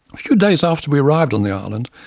a few days after we arrived on the island,